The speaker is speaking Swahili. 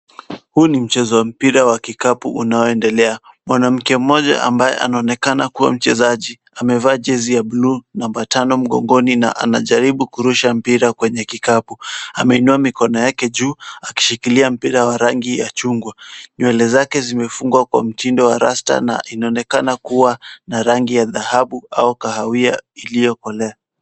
Huu ni mchezo wa mpira wa kikapu unaoendelea. Mwanamke mmoja ambaye anaonekana kuwa mchezaji amevaa jezi ya bluu namba tano mgongoni na anajaribu kurusha mpira kwenye kikapu. Ameinua mikono yake juu akishikilia mpira wa rangi ya chungwa. Nywele zake zimefungwa kwa mtindo wa rasta na inaonekana kuwa na rangi ya dhahabu au kahawia iliyokolea.